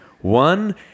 one